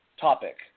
topic